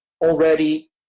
already